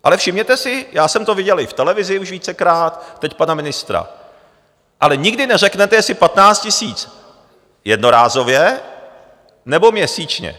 Ale všimněte si, já jsem to viděl i v televizi už vícekrát, teď pana ministra ale nikdy neřeknete, jestli 15 000 jednorázově, nebo měsíčně.